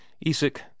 Isak